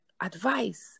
advice